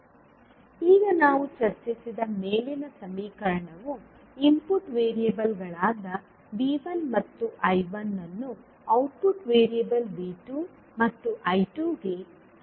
ನೋಡಿ ಸ್ಲೈಡ್ ಸಮಯ 417 ಈಗ ನಾವು ಚರ್ಚಿಸಿದ ಮೇಲಿನ ಸಮೀಕರಣವು ಇನ್ಪುಟ್ ವೇರಿಯೇಬಲ್ಗಳಾದ V1 ಮತ್ತು I1 ಅನ್ನು ಔಟ್ಪುಟ್ ವೇರಿಯಬಲ್ V2 ಮತ್ತು I2 ಗೆ ಸಂಬಂಧಿಸಿದೆ